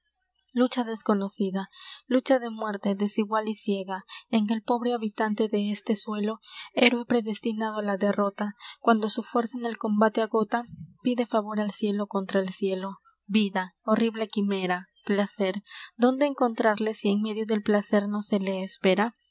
lucha desconocida lucha de muerte desigual y ciega en que el pobre habitante de este suelo héroe predestinado á la derrota cuando su fuerza en el combate agota pide favor al cielo contra el cielo vida horrible quimera placer dónde encontrarle si en medio del placer no se le espera el